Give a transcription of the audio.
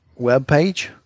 webpage